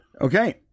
Okay